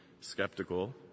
skeptical